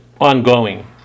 ongoing